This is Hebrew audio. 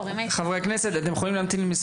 משרד